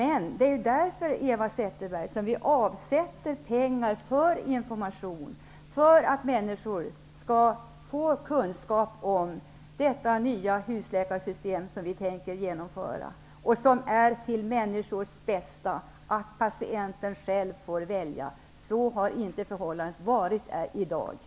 Eva Zetterberg, det är därför vi avsätter pengar för information så att människor skall få kunskap om det nya husläkarsystemet som vi tänker genomföra. Det är till människors bästa att patienten själv får välja. Så har det inte fungerat tidigare.